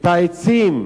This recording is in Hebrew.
את העצים,